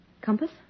Compass